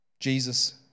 Jesus